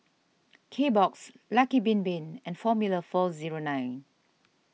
Kbox Lucky Bin Bin and formula four zero nine